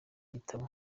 gitabo